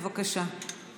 בבקשה.